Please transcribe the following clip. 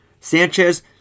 Sanchez